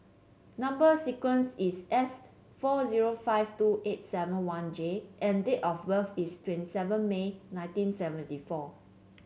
number sequence is S four zero five two eight seven one J and date of birth is twenty seven May nineteen seventy four